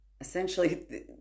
essentially